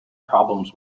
problems